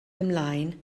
ymlaen